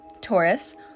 taurus